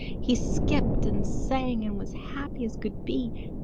he skipped and sang and was happy as could be,